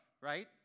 right